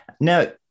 Now